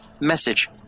Message